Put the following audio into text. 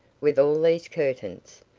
with all these curtains.